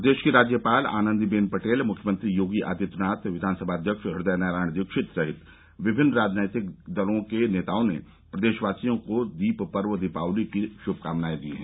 प्रदेश की राज्यपाल आनन्दीबेन पटेल मुख्यमंत्री योगी आदित्यनाथ विधानसभा अध्यक्ष हृदय नारायण दीक्षित सहित विभिन्न राजनैतिक दलों के नेताओं ने प्रदेशवासियों को दीप पर्व दीपावली की शुभकामनायें दी हैं